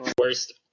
Worst